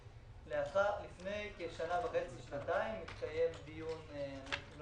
לפני כשנה וחצי שנתיים התקיים דיון שבו